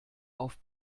auf